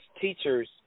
teachers